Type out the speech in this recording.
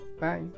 bye